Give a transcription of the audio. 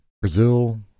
Brazil